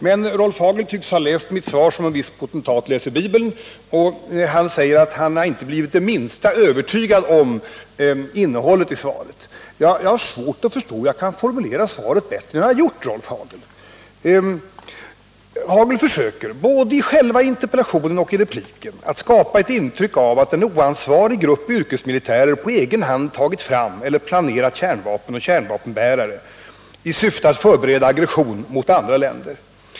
Men Rolf Hagel tycks ha läst mitt svar som en viss potentat Bibeln, och han säger att han inte har blivit det minsta övertygad om innehållet i det. Jag har svårt att förstå att jag kunde ha formulerat svaret bättre än vad jag gjort. Rolf Hagel försöker både i själva interpellationen och i repliken att skapa ett intryck av att en oansvarig grupp yrkesmilitärer på egen hand tagit fram eller planerat kärnvapen och kärnvapenbärare, i syfte att förbereda aggression mot andra länder.